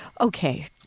okay